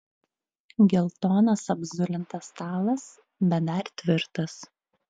geltonas apzulintas stalas bet dar tvirtas